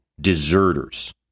deserters